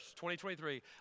2023